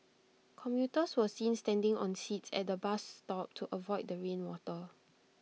commuters were seen standing on seats at the bus stop to avoid the rain water